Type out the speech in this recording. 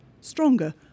Stronger